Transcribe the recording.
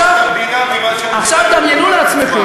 השופטים לא יהיו לטובת המדינה יותר ממה שהמדינה לטובת עצמה,